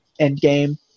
Endgame